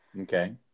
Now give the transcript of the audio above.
Okay